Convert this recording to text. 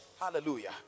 Hallelujah